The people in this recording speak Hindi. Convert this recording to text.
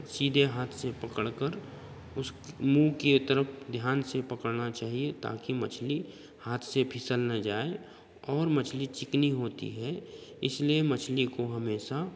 सीधे हाथ से पकड़कर उसकी मुँह के तरफ ध्यान से पकड़ना चाहिए ताकी मछली हाथ से फिसल न जाए और मछली चिकनी होती है इसलिए मछली को हमेशा